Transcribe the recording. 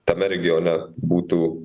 tame regione būtų